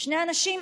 שני אנשים,